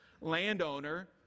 landowner